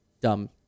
Dumb